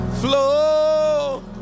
flow